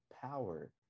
power